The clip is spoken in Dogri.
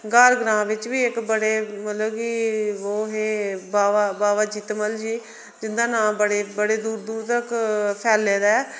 ग्हार ग्राएं बिच बी इक बड़े मतलब कि ओह् हे बाबा बाबा जित्तो मल जी जिंदा नां बड़े बड़े दूर दूर तक्क फैले दा ऐ